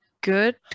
good